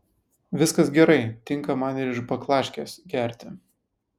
viskas gerai tinka man ir iš baklaškės gerti